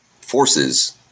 forces